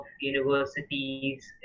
universities